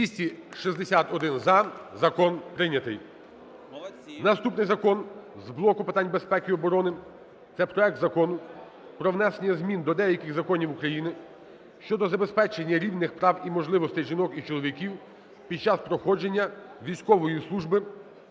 За-261 Закон прийнятий. Наступний закон з блоку питань безпеки і оборони – це проект Закону про внесення змін до деяких законів України щодо забезпечення рівних прав і можливостей жінок і чоловіків під час проходження військової служби